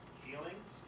feelings